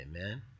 Amen